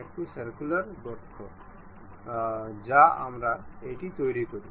আসুন আমরা কেবল এটি তৈরি করি